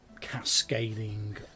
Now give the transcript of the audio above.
cascading